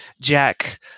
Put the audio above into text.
Jack